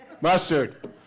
mustard